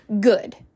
good